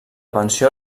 pensió